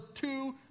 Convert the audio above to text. two